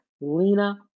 Lena